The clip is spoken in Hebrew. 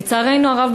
לצערנו הרב,